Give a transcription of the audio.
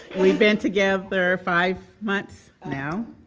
we've been together five months now.